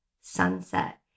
sunset